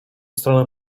stronę